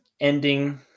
ending